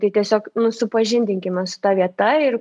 tai tiesiog nu supažindinkime su ta vieta ir